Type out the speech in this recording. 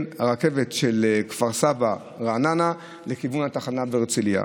הרכבת של כפר סבא רעננה לכיוון התחנה בהרצליה.